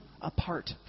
apart